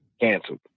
canceled